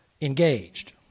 engaged